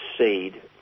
seed